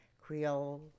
Creole